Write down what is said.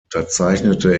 unterzeichnete